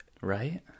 right